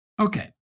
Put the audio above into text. Okay